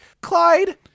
Clyde